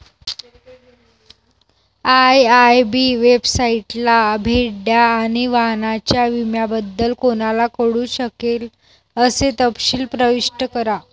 IIB वेबसाइटला भेट द्या आणि वाहनाच्या विम्याबद्दल कोणाला कळू शकेल असे तपशील प्रविष्ट करा